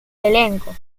elenco